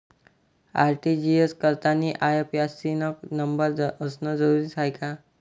RTGS करतांनी IFSC न number असनं जरुरीच हाय का?